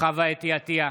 חוה אתי עטייה,